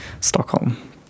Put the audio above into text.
Stockholm